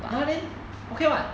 ya then okay [what]